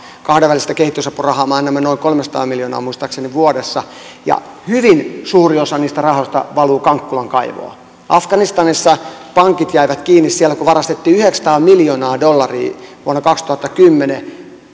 kahdenvälistä kehitysapurahaa me annamme noin kolmesataa miljoonaa muistaakseni vuodessa ja hyvin suuri osa niistä rahoista valuu kankkulan kaivoon afganistanissa pankit jäivät kiinni kun siellä varastettiin yhdeksänsataa miljoonaa dollaria vuonna kaksituhattakymmenen